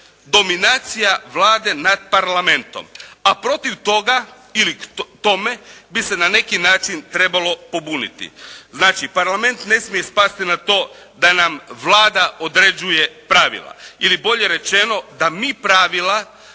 dominacija Vlade nad Parlamentom, a protiv toga ili k tome bi se na neki način trebalo pobuniti. Znači, Parlament ne smije spasti na to da nam Vlada određuje pravila ili bolje rečeno da mi pravila